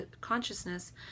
consciousness